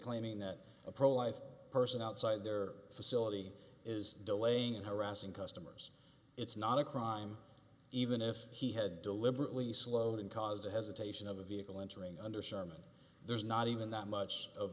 claiming that a pro life person outside their facility is delaying and harassing customers it's not a crime even if he had deliberately slowed and caused a hesitation of a vehicle entering under sherman there's not even that much